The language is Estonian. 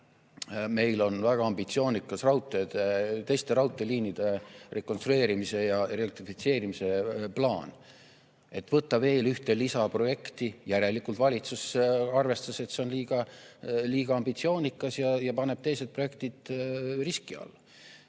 meil on väga ambitsioonikas teiste raudteeliinide rekonstrueerimise ja elektrifitseerimise plaan. Võtta veel üks lisaprojekt, järelikult valitsus arvestas, et see on liiga ambitsioonikas ja paneb teised projektid riski alla.